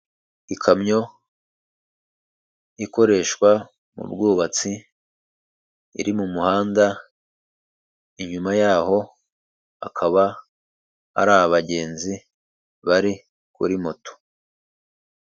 iIkamyo ikoreshwa mu bwubatsi, iri mu muhanda, inyuma yaho akaba ari abagenzi bari kuri moto.